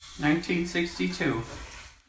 1962